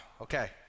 okay